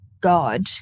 God